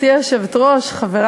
בוועדת החוקה, חוק